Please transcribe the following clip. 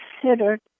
considered